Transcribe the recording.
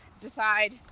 decide